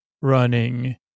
running